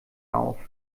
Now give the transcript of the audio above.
auf